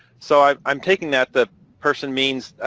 so i'm i'm taking that the person means,